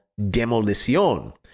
Demolición